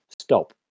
Stop